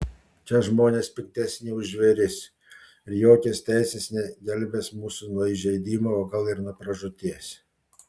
čia žmonės piktesni už žvėris ir jokios teisės negelbės mūsų nuo įžeidimo o gal ir nuo pražūties